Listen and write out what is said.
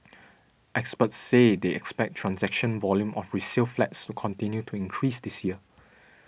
experts say they expect transaction volume of resale flats to continue to increase this year